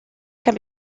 can